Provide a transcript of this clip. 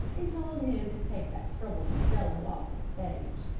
and told him to take that troublesome fellow off the stage.